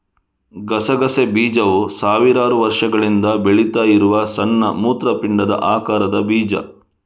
ಗಸಗಸೆ ಬೀಜವು ಸಾವಿರಾರು ವರ್ಷಗಳಿಂದ ಬೆಳೀತಾ ಇರುವ ಸಣ್ಣ ಮೂತ್ರಪಿಂಡದ ಆಕಾರದ ಬೀಜ